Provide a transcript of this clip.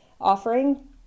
offering